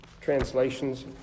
translations